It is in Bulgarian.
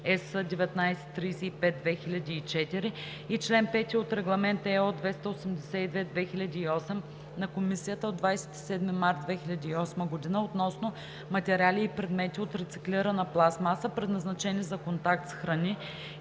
1935/2004 и чл. 5 от Регламент (ЕО) № 282/2008 на Комисията от 27 март 2008 г. относно материали и предмети от рециклирана пластмаса, предназначени за контакт с храни,